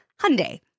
Hyundai